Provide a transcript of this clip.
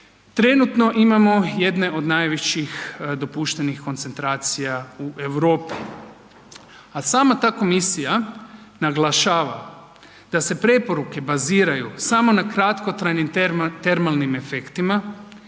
Trenutno imamo jedne od najvećih dopuštenih koncentracija u Europi, a sama ta Komisija naglašava da se preporuke baziraju na kratkotrajnim termalnim efektima